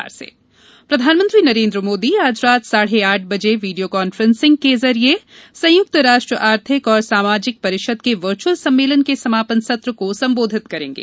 virtual सम्मेलन प्रधानमंत्री नरेन्द्र मोदी आज रात साढ़े आठ बजे वीडियो कॉन्फ्रेस के जरिए संयुक्त राष्ट्र आर्थिक और सामाजिक परिषद के वर्चुअल सम्मेलन के समापन सत्र को संबोधित करेंगे